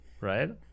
right